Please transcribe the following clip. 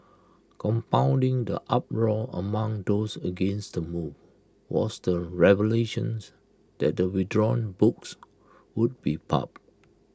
compounding the uproar among those against the move was the revelations that the withdrawn books would be pulped